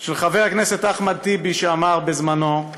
של חבר הכנסת אחמד טיבי, שאמר בזמנו: